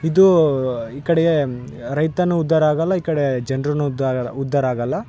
ಇದು ಈ ಕಡೆಗೆ ರೈತನು ಉದ್ಧಾರ ಆಗಲ್ಲ ಈ ಕಡೆ ಜನರೂನು ಉದ್ದ ಉದ್ಧಾರ ಆಗಲ್ಲ